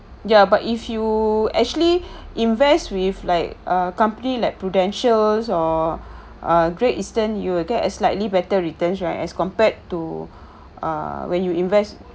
ya but if you actually invest with like ah company like prudential or ah great eastern you'll get a slightly better returns right as compared to ah when you invest